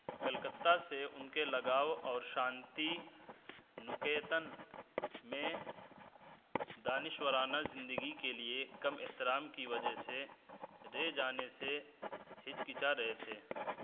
کلکتہ سے ان کے لگاؤ اور شانتی نکیتن میں دانشورانہ زندگی کے لیے کم احترام کی وجہ سے رہ جانے سے ہچکچا رہے تھے